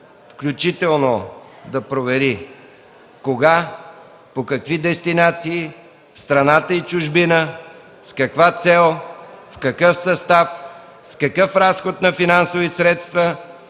включително да провери кога, по какви дестинации (в страната и чужбина), с каква цел, в какъв състав, с какъв разход на финансови средства